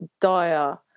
dire